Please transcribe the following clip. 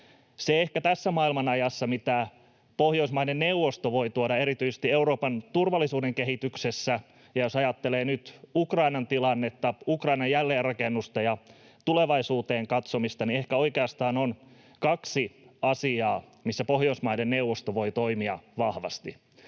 ehkä tässä maailmanajassa voi tuoda erityisesti Euroopan turvallisuuden kehitykseen, jos ajattelee nyt Ukrainan tilannetta, Ukrainan jälleenrakennusta ja tulevaisuuteen katsomista? On ehkä oikeastaan kaksi asiaa, missä Pohjoismaiden neuvosto voi toimia vahvasti: